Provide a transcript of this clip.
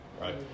right